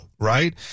Right